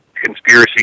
Conspiracy